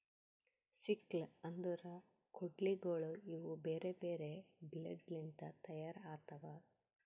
sickle ಅಂದುರ್ ಕೊಡ್ಲಿಗೋಳ್ ಇವು ಬೇರೆ ಬೇರೆ ಬ್ಲೇಡ್ ಲಿಂತ್ ತೈಯಾರ್ ಆತವ್